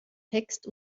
text